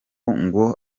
ngo